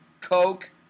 coke